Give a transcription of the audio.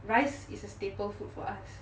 rice is a staple food for us